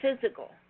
physical